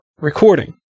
recording